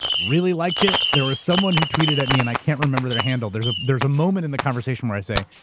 really liked it. there was someone who tweeted at me, and i can't remember their handle. there's there's a moment in the conversation where i say,